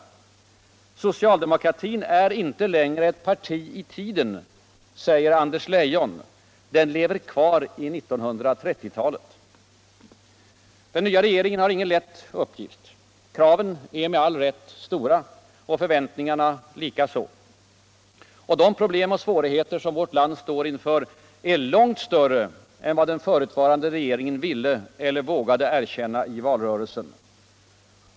” ”Socialdemokratin är inte längre ett parti i tiden”. skrev Anders Ieijon. ”Den hör 1930-talet ull.” Den nya regeringen har ingen lätt uppgift. Kraven är - med all rätt — stora och förväntningarna hkaså. Och de problem och svårigheter som vårt land står inför är långt svörre än vad den förutvarande regeringen ville eller vågade erkänna i valrörelsen.